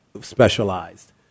specialized